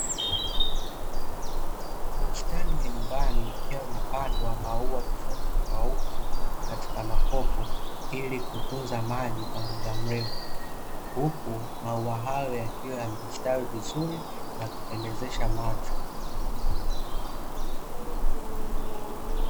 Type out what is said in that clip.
Bustani ya nyumbani ikiwa imepandwa mauwa tofauti tofauti katika makopo, ili kutunza maji kwa muda mrefu. Huku maua hayo yakiwa yamestawi vizuri na kupendesha macho.